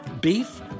beef